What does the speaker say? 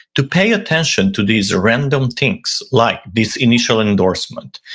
to pay attention to these random things like this initial endorsement.